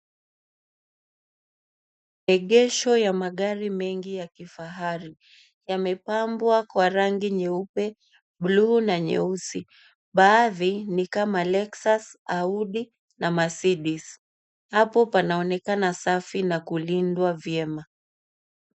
Maegesho ya magari mengi ya kifahari, yamepangwa kwa rangi nyeupe, buluu na nyeusi. Baadhi ni kama lexus, audi, na mercedes. Hapo panaonekana safi na kulindwa vyema.